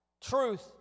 truth